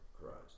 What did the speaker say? Christ